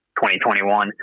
2021